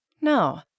No